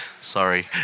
Sorry